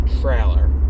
trailer